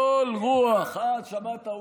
כל רוח, חבר הכנסת הרצנו.